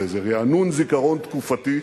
לאיזה רענון זיכרון תקופתי,